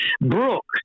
Brooke